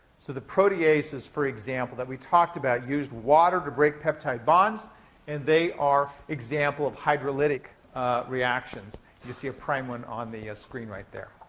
so the proteases, for example, that we talked about, used water to break peptide bonds and they are an example of hydrolytic reactions. you see a prime one on the screen right there.